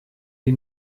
die